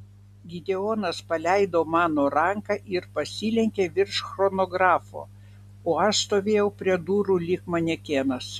gideonas paleido mano ranką ir pasilenkė virš chronografo o aš stovėjau prie durų lyg manekenas